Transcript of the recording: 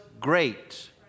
great